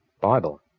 Bible